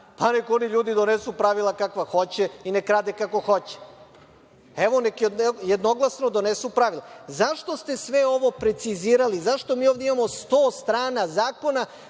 Pa nek oni ljudi donesu pravila kakva hoće i nek rade kako hoće. Evo, nek jednoglasno donesu pravila.Zašto ste sve ovo precizirali? Zašto mi ovde imamo 100 strana zakona,